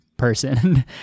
person